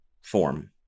form